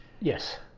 Yes